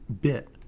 bit